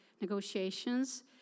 negotiations